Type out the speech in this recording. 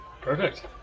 Perfect